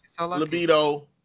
libido